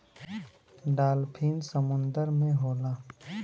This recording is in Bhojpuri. डालफिन समुंदर में होला